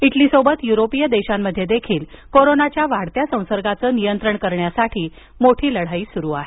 इटलीसोबत युरोपिय देशांमध्ये देखील कोरोनाच्या वाढत्या संसर्गाचं नियंत्रण करण्याची लढाई सुरु आहे